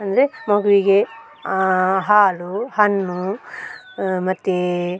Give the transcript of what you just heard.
ಅಂದರೆ ಮಗುವಿಗೆ ಹಾಲು ಹಣ್ಣು ಮತ್ತು